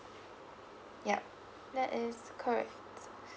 yup that is correct